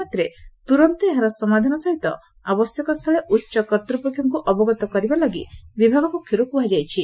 ମାତ୍ରେ ତୁରନ୍ତ ଏହାର ସମାଧାନ ସହିତ ଆବଶ୍ୟକସ୍ଥଳେ ଉଚ କର୍ତ୍ତୁପକ୍ଷଙ୍କୁ ଅବଗତ କରିବା ଲାଗି ବିଭାଗ ପକ୍ଷରୁ କୁହାଯାଇଛି